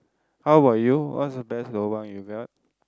how about you what's the best lobang you got